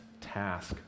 task